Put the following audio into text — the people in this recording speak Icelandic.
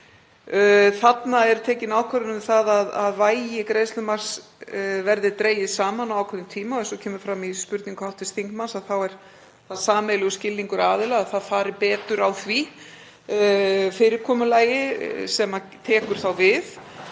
Þarna er tekin ákvörðun um það að vægi greiðslumarks verði dregið saman á ákveðnum tíma og eins og kemur fram í spurningu hv. þingmanns þá er það sameiginlegur skilningur aðila að það fari betur á því fyrirkomulagi sem tekur þá við.